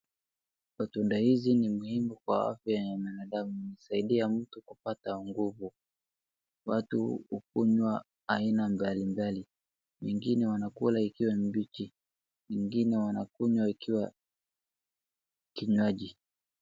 Matunda hizi ni muhimu kwa afya ya mwanadamu. Husaidia mtu kupata nguvu. Watu hukunywa aina mbalimbali. Wengine wanakula ikiwa mbichi. Wengine wanakunywa ikiwa kinywaji.